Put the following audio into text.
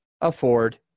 afford